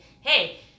hey